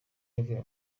yavuye